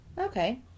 Okay